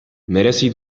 merezi